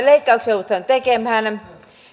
leikkauksia joudutaan tekemään